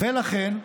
ולכן,